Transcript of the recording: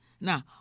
Now